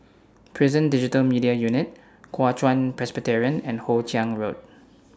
Prison Digital Media Unit Kuo Chuan Presbyterian and Hoe Chiang Road